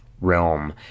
realm